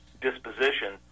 disposition